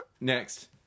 next